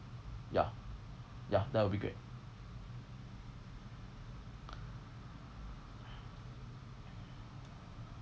ya ya that would be great